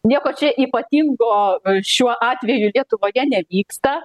nieko čia ypatingo šiuo atveju lietuvoje nevyksta